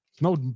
No